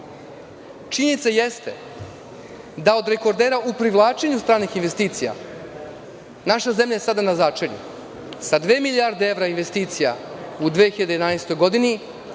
jeste da od rekordera u privlačenju stranih investicija, naša zemlja je sada na začelju, sa 2 milijarde evra investicija u 2011. godini,